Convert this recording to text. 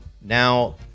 Now